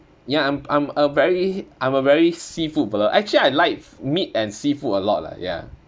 ya I'm I'm a very I'm a very seafood fellow actually I like meat and seafood a lot lah ya